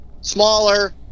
smaller